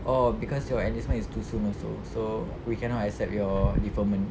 oh cause your enlistment is too soon also so we cannot accept your deferment